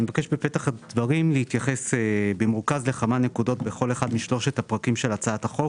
אני מבקש להתייחס לכמה נקודות בכל אחד משלושת הפרקים של הצעת החוק